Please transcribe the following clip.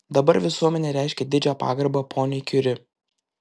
dabar visuomenė reiškia didžią pagarbą poniai kiuri